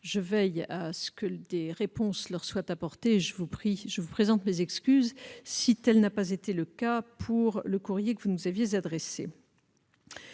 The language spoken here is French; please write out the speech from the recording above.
je veille à ce que des réponses leur soient apportées, et je vous présente mes excuses si tel n'a pas été le cas pour le courrier que vous m'avez adressé.